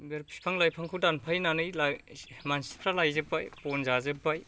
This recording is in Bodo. फिफां लाइफांखौ दानफायनानै मानसिफ्रा लायजोबबाय बन जाजोब्बाय